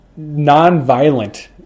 nonviolent